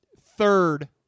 third